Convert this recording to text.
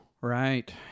Right